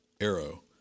arrow